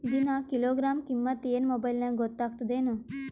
ದಿನಾ ಕಿಲೋಗ್ರಾಂ ಕಿಮ್ಮತ್ ಏನ್ ಮೊಬೈಲ್ ನ್ಯಾಗ ಗೊತ್ತಾಗತ್ತದೇನು?